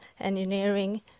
engineering